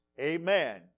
Amen